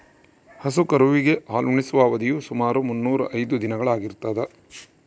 ಹಸು ಕರುವಿಗೆ ಹಾಲುಣಿಸುವ ಅವಧಿಯು ಸುಮಾರು ಮುನ್ನೂರಾ ಐದು ದಿನಗಳು ಆಗಿರ್ತದ